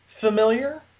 familiar